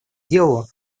делу